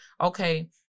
Okay